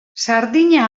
sardina